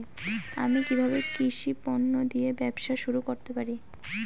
আমি কিভাবে কৃষি পণ্য দিয়ে ব্যবসা শুরু করতে পারি?